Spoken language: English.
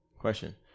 question